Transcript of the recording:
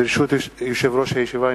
ברשות יושב-ראש הישיבה,